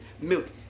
milk